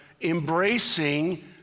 embracing